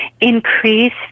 increase